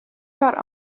about